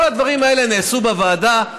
כל הדברים האלה נעשו בוועדה,